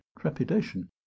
trepidation